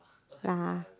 lah